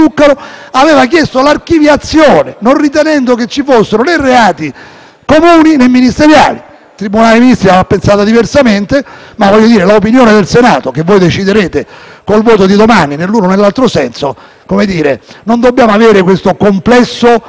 Il tribunale dei Ministri ha pensato diversamente, ma rispetto a quella che sarà l'opinione del Senato, che sarà decisa con il voto di domani nell'uno o nell'altro senso, voglio dire che non dobbiamo avere il complesso dell'illegittimità delle nostre scelte, perché anche la magistratura ha discusso al suo interno con orientamenti diversi.